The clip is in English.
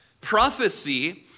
Prophecy